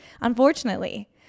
unfortunately